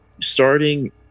starting